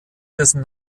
dessen